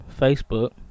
facebook